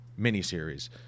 miniseries